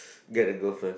get a girlfriend